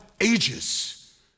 ages